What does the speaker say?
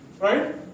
Right